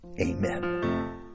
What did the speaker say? Amen